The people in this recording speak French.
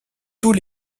tous